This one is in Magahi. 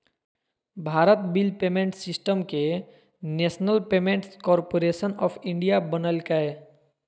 भारत बिल पेमेंट सिस्टम के national payments corporation of India बनैल्कैय